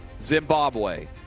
Zimbabwe